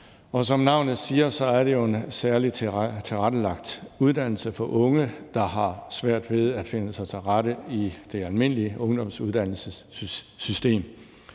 Som navnet siger, er det en særligt tilrettelagt uddannelse for unge, der har svært ved at finde sig til rette i det almindelige ungdomsuddannelsessystem.